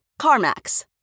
CarMax